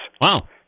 Wow